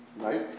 Right